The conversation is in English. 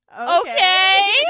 okay